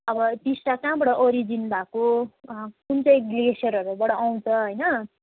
अब टिस्टा कहाँबाट ओरिजिन भएको कुन चाहिँ ग्लेसियरहरूबाट आउँछ होइन